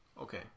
Okay